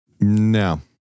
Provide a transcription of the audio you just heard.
No